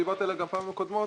שדיברתי עליה גם בפעמים הקודמות.